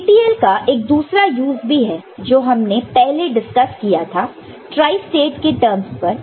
TTL का एक दूसरा यूज भी है जो हमने पहले डिस्कस किया था ट्राइस्टेट के टर्म्स पर